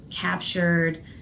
captured